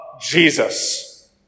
Jesus